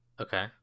okay